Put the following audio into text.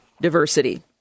diversity